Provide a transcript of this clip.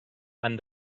han